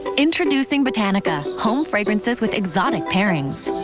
introducing botanic a home fragrances with exotic pairings.